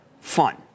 fun